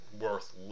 worth